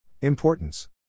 Importance